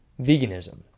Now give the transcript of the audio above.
Veganism